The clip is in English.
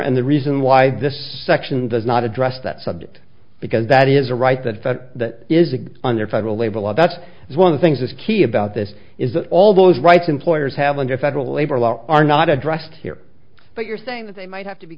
and the reason why this section does not address that subject because that is a right that that is the under federal labor law that's one of the things that's key about this is that all those rights employers have under federal labor laws are not addressed here but you're saying that they might have to be